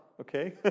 okay